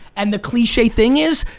and the cliche thing is,